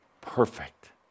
perfect